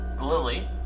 Lily